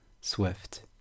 Swift